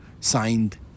Signed